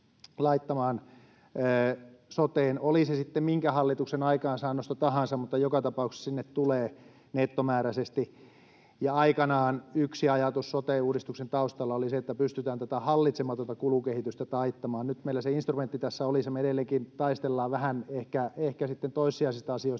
soteen — oli se sitten minkä hallituksen aikaansaannosta tahansa, mutta joka tapauksessa se sinne tulee nettomääräisesti. Aikanaan yksi ajatus sote-uudistuksen taustalla oli se, että pystytään tätä hallitsematonta kulukehitystä taittamaan. Nyt meillä se instrumentti tässä olisi, ja me edelleenkin taistellaan vähän ehkä toissijaisista asioista.